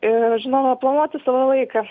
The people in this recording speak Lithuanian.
ir žinoma planuoti savo laiką